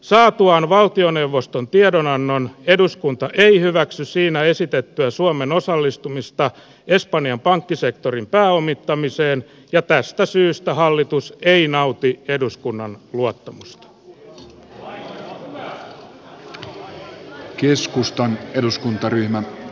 saatuaan valtioneuvoston tiedonannon eduskunta ei hyväksy siinä esitettyä suomen osallistumista espanjan pankkisektorin pääomittamiseen ja toteaa että tästä syystä hallitus ei nauti eduskunnan luottamusta